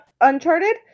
Uncharted